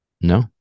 No